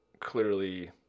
clearly